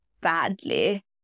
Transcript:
badly